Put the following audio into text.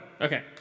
Okay